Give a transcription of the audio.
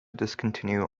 discontinue